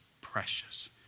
precious